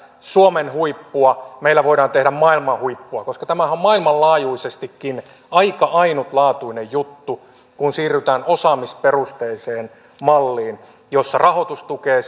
suomen huippua meillä voidaan tehdä maailman huippua koska tämähän on maailmanlaajuisestikin aika ainutlaatuinen juttu kun siirrytään osaamisperusteiseen malliin jota rahoitus tukee